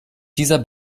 dieser